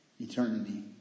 eternity